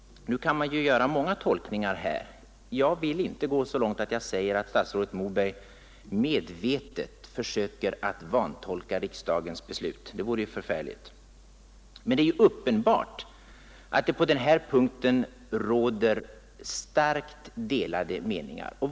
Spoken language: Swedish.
Man kan ju göra olika tolkningar här. Jag vill inte gå så långt att jag säger att statsrådet Moberg medvetet försöker att vantolka riksdagens beslut — det vore ju förfärligt. Men det är uppenbart att det på den här punkten råder starkt delade meningar.